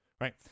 Right